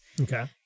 Okay